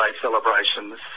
celebrations